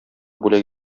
бүләк